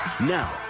Now